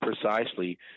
precisely